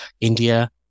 India